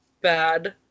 bad